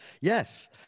Yes